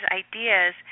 ideas